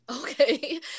Okay